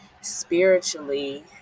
spiritually